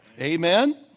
Amen